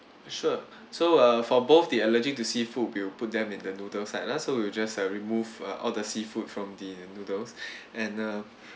sure so uh for both the allergic to seafood we'll put them in the noodle sides ah so we will just uh remove uh all the seafood from the noodles and uh